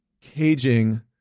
caging